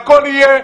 הכול יהיה,